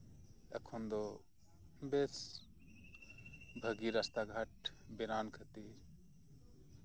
ᱮᱠᱷᱚᱱ ᱫᱚ ᱵᱮᱹᱥ ᱵᱷᱟᱹᱜᱮ ᱨᱟᱥᱛᱟ ᱜᱷᱟᱴ ᱵᱮᱱᱟᱣᱮᱱ ᱠᱷᱟᱹᱛᱤᱨ